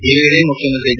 ಈ ವೇಳೆ ಮುಖ್ಯಮಂತ್ರಿ ಎಚ್